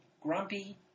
grumpy